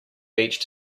beach